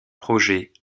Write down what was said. projets